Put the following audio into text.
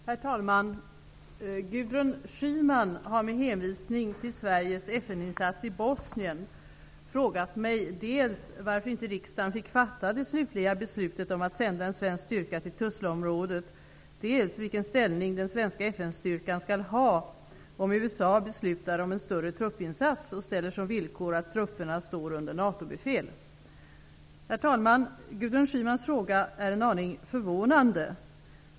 Herr talman! Gudrun Schyman har med hänvisning till Sveriges FN-insats i Bosnien frågat mig dels varför inte riksdagen fick fatta det slutliga beslutet om att sända en svensk styrka till Tuzlaområdet, dels vilken ställning den svenska FN-styrkan skall ha om USA beslutar om en större truppinsats och ställer som villkor att trupperna står under NATO Herr talman! Gudrun Schymans fråga är en aning förvånande.